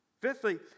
Fifthly